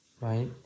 right